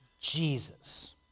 Jesus